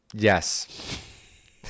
Yes